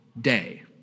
day